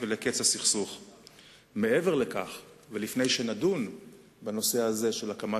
וארגון ימין בשם "מטות